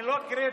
היא לא קרדיט.